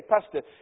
Pastor